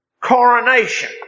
coronation